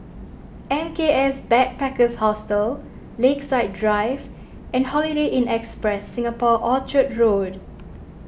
M K S Backpackers Hostel Lakeside Drive and Holiday Inn Express Singapore Orchard Road